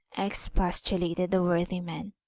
expostulated the worthy man.